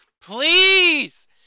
please